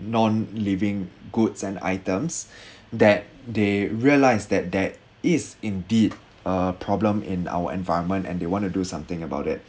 non living goods and items that they realise that there is indeed a problem in our environment and they want to do something about it